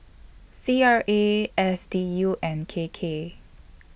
C R A S D U and K K